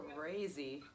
Crazy